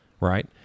right